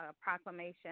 proclamation